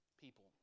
people